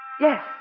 Yes